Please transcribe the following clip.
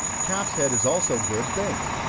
calf's head is also good, baked.